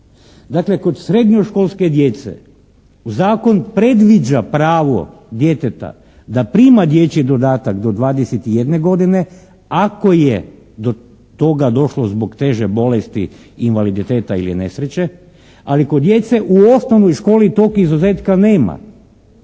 Dakle, kod srednjoškolske djece zakon predviđa pravo djeteta da prima dječji dodatak do 21 godine ako je do toga došlo zbog teže bolesti, invaliditeta ili nesreće ali kod djece u osnovnoj školi tog izuzetka nema.